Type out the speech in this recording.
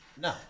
No